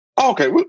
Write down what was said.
Okay